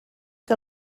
que